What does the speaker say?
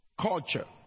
culture